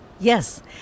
Yes